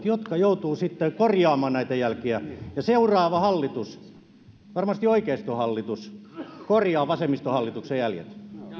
jotka joutuvat sitten korjaamaan näitä jälkiä ja seuraava hallitus varmasti oikeistohallitus korjaa vasemmistohallituksen jäljet